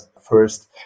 first